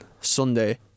Sunday